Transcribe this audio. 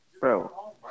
Bro